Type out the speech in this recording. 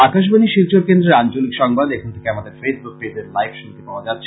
আকাশবাণী শিলচর কেন্দ্রের আঞ্চলিক সংবাদ এখন থেকে আমাদের ফেইসবুক পেজে লাইভ শুনতে পাওয়া যাচ্ছে